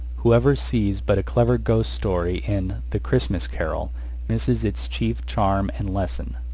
whoever sees but a clever ghost story in the christmas carol misses its chief charm and lesson,